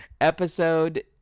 episode